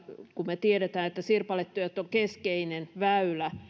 kun me tiedämme että sirpaletyöt on keskeinen väylä